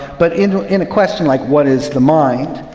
but and in a question like what is the mind,